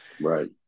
Right